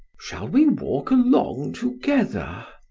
shall we walk along together?